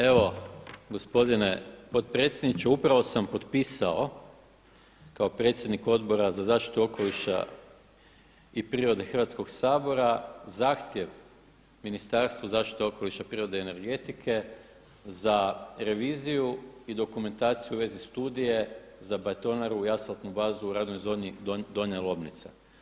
Evo gospodine potpredsjedniče, upravo sam potpisao kao predsjednik Odbora za zaštitu okoliša i prirode Hrvatskoga sabora zahtjev Ministarstvu zaštite okoliša, prirode i energetike za reviziju i dokumentaciju u vezi studije za betonaru i asfaltnu bazu u radnoj zoni Donja Lomnica.